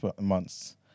months